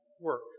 work